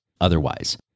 otherwise